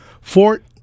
Fort